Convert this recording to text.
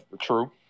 true